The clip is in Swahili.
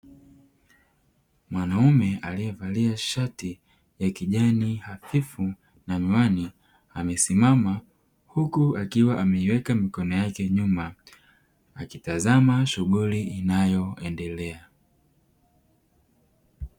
Mwanaume aliyevalia shati ya kijani hafifu na miwani amesimama huku akiwa ameiweka mikono yake nyuma akitazama shughuli inayoendelea.